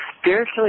spiritually